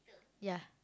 ya